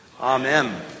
Amen